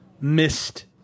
missed